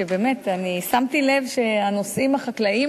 באמת שמתי לב שהנושאים החקלאיים,